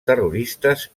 terroristes